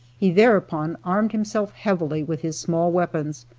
he thereupon armed himself heavily with his small weapons,